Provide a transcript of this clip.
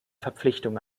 verpflichtung